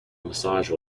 massage